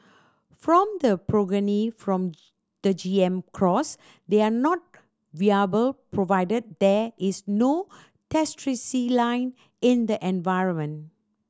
from the progeny from the G M cross they are not viable provided there is no in the environment